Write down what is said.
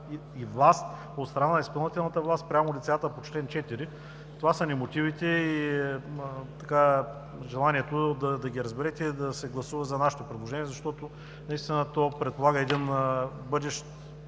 и власт от страна на изпълнителната власт спрямо лицата по чл. 4. Това са мотивите ни и желанието да ги разберете и да се гласува за нашето предложение, защото наистина то предполага един бъдещ